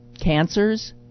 cancers